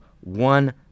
one